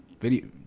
Video